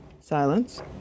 Silence